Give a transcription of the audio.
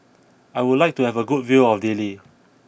I would like to have a good view of Dili